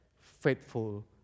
faithful